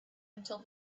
until